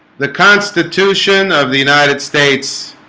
the constitution of the united states